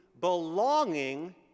belonging